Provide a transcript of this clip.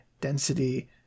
density